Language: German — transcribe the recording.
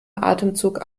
atemzug